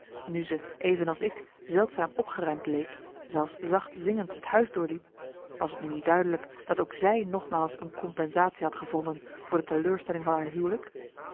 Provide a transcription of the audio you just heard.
nu ze even als ik zeldzaam opgeruimd leek zelfs zacht zingend het huis doorliep was t nu niet duidelijk dat ook zij nogmaals een compensatie had gevonden voor de teleurstelling van haar huwelijk